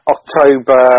October